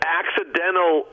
accidental